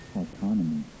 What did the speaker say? autonomy